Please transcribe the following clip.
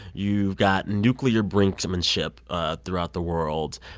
you've got nuclear brinksmanship ah throughout the world.